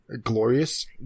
glorious